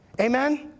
Amen